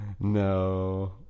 No